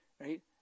Right